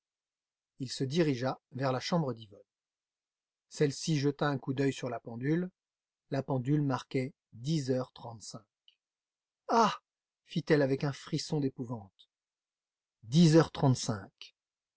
il se dirigea vers la chambre d'yvonne celle-ci jeta un coup d'œil sur la pendule la pendule marquait dix heures trente-cinq ah fit-elle avec un frisson d'épouvante dix heures trente-cinq